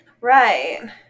Right